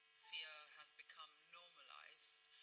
feel has become normalized